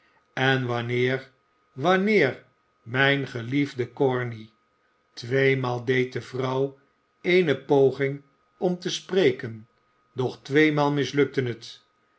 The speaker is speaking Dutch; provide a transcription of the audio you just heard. en wanneer wanneer mijn ge iefde corney tweemaal deed de vrouw eene poging om te spreken doch tweemaal mislukte net